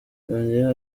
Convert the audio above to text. yongeyeho